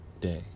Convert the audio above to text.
day